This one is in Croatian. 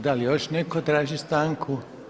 Da li još netko traži stanku?